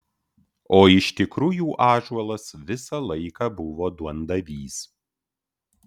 o iš tikrųjų ąžuolas visą laiką buvo duondavys